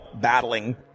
battling